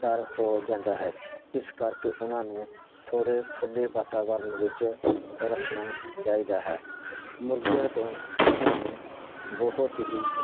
ਡਰ ਹੋ ਜਾਂਦਾ ਹੈ ਇਸ ਕਰਕੇ ਉਹਨਾਂ ਨੂੰ ਥੋੜ੍ਹੇ ਖੁੱਲ੍ਹੇ ਵਾਤਾਵਰਨ ਵਿੱਚ ਰੱਖਣਾ ਚਾਹੀਦਾ ਹੈ ਮੁਰਗਿਆਂ ਤੋਂ ਸਾਨੂੰ ਬਹੁਤ ਹੀ